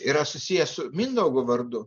yra susiję su mindaugo vardu